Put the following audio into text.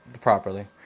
properly